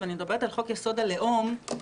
ואני מדברת על חוק יסוד: הלאום,